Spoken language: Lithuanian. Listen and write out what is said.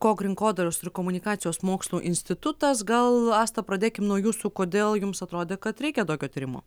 kog rinkodaros ir komunikacijos mokslų institutas gal asta pradėkim nuo jūsų kodėl jums atrodė kad reikia tokio tyrimo